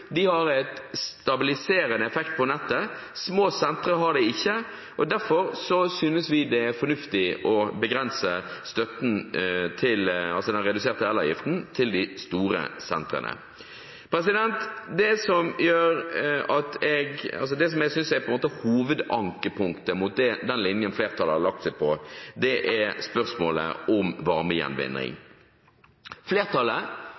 De har en stabiliserende effekt på nettet. Små sentre har det ikke, og derfor synes vi det er fornuftig å begrense redusert elavgift til de store datasentrene. Det jeg synes er hovedankepunktet mot den linjen flertallet har lagt seg på, er spørsmålet om varmegjenvinning. Flertallet